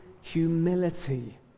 humility